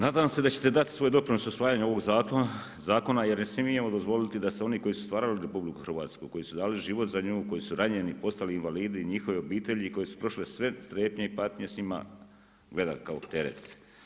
Nadam se da ćete dati svoj doprinos u usvajanje ovog zakona, jer ne smijemo dozvoliti da se oni koji su stvarali RH koji su dali život za nju, koji su ranjeni postali invalidi i njihovi obitelji koji su prošle su prošle sve strepnje i patnje s njima, gledati kao teret.